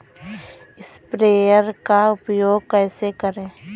Sprayer का उपयोग कैसे करें?